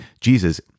Jesus